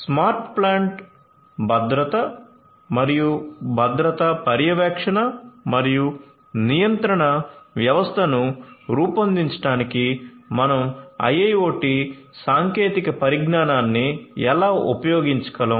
smart plant భద్రత మరియు భద్రతా పర్యవేక్షణ మరియు నియంత్రణ వ్యవస్థను రూపొందించడానికి మనం IIoT సాంకేతిక పరిజ్ఞానాన్ని ఎలా ఉపయోగించగలం